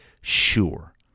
sure